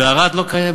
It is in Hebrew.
וערד לא קיימת.